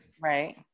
Right